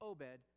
Obed